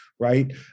right